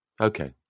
Okay